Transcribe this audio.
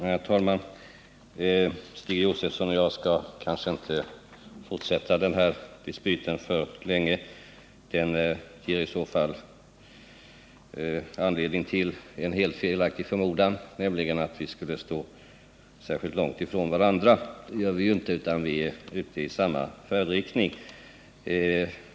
Herr talman! Stig Josefson och jag skall kanske inte fortsätta den här dispyten alltför länge. Det skulle kunna ge anledning till det helt felaktiga antagandet att vi skulle stå ganska långt ifrån varandra. Det gör vi nu inte, utan vi har samma färdriktning.